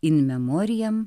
in memoriam